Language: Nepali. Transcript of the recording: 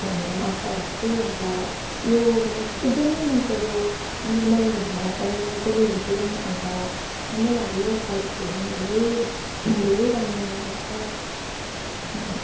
भनेर म आशा राख्छु अन्त यो मलाई चाहिँ एकदमै मन पर्यो हाम्रो मैले लगाएर पनि मजाले हेरेँ अन्त राम्रो लाग्यो क्वालिटीहरू पनि धेरै धेरै राम्रो नै रहेछ अनि